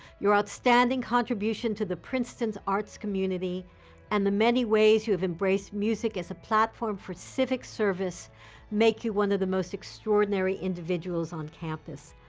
your outstanding contribution to the princeton arts community and the many ways you've embraced music as a platform for civic service make you one of the most extraordinary individuals on campus.